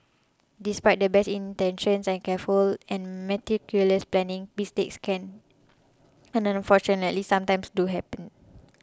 despite the best intentions and careful and meticulous planning mistakes can and unfortunately sometimes do happen